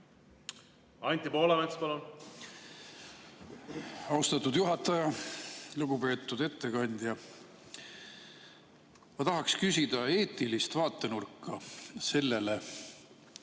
Anti Poolamets, palun! Austatud juhataja! Lugupeetud ettekandja! Ma tahaks küsida eetilist vaatenurka sellele,